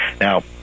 Now